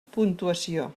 puntuació